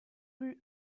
rue